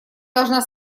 должна